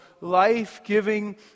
life-giving